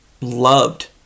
loved